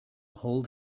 hold